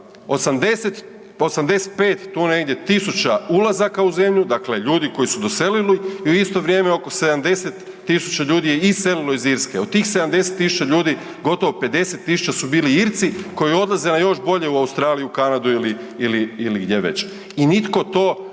tisuća ulazaka u zemlju, dakle ljudi koji su doselili i u isto vrijeme oko 70 tisuća ljudi je iselilo iz Irske, u tih 70 tisuća ljudi, gotovo 50 tisuća su bili Irci koji odlaze na još bolje u Australiju, Kanadu ili gdje već i nitko to ne